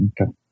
Okay